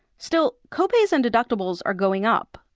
still, co-pays and deductibles are going up.